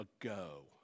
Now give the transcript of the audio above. ago